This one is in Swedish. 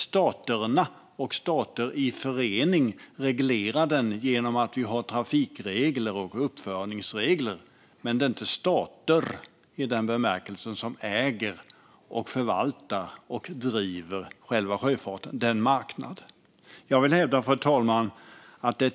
Staterna och stater i förening reglerar den genom trafikregler och uppföranderegler. Men det är inte stater, i den bemärkelsen, som äger, förvaltar och driver själva sjöfarten. Det är en marknad. Fru talman!